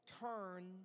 turn